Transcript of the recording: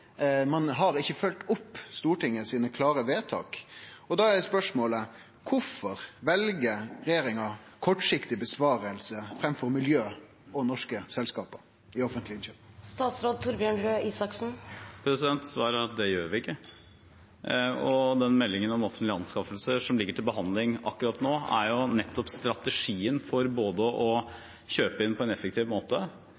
har ikkje følgt opp dei klare stortingsvedtaka. Da er spørsmålet: Kvifor vel regjeringa kortsiktige innsparingar framfor miljø og norske selskap i offentlege innkjøp? Svaret er at det gjør vi ikke. Den meldingen om offentlige anskaffelser som ligger til behandling akkurat nå, omhandler nettopp strategien for å kjøpe inn på en effektiv måte, unngå å